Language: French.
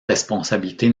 responsabilité